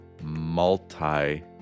multi